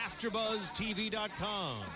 AfterBuzzTV.com